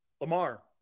Lamar